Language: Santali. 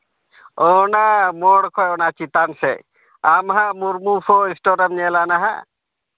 ᱚᱱᱟ ᱢᱳᱲ ᱠᱷᱚ ᱚᱱᱟ ᱪᱮᱛᱟᱱ ᱥᱮᱫ ᱟᱢ ᱦᱟᱸᱜ ᱢᱩᱨᱢᱩ ᱥᱩ ᱥᱴᱳᱨᱮᱢ ᱧᱮᱞᱟ ᱦᱟᱸᱜ